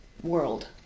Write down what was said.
World